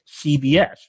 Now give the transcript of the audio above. CBS